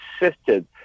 insisted